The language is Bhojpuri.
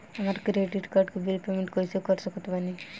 हमार क्रेडिट कार्ड के बिल पेमेंट कइसे कर सकत बानी?